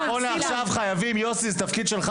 רבותיי.